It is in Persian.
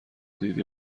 دیدی